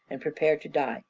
and prepare to die,